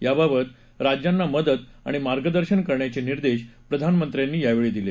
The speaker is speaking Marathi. याबाबत राज्यांना मदत आणि मार्गदर्शन करण्याचे निर्देश प्रधानमंत्र्यांनी यावेळी दिले